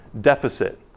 Deficit